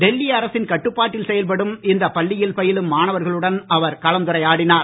டெல்லி அரசின் கட்டுப்பாட்டில் செயல்படும் இந்த பள்ளியில் பயிலும் மாணவர்களுடன் அவர் கலந்துரையாடினார்